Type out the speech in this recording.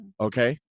okay